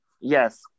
Yes